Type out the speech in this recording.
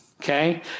okay